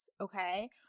okay